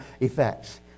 effects